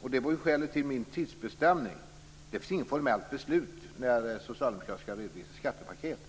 och det var ju skälet till min tidsbestämning, att det inte finns något formellt beslut om när Socialdemokraterna skall redovisa sitt skattepaket.